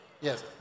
Yes